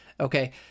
okay